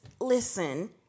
listen